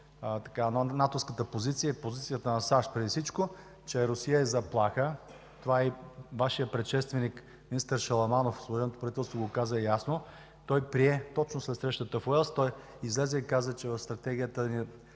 на натовската позиция – позицията на САЩ преди всичко, че Русия е заплаха. Това и Вашият предшественик – министър Шаламанов, от служебното правителство го каза ясно. Той прие, точно след срещата в Уелс, той излезе и каза, че в Стратегията